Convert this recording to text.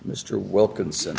mr wilkinson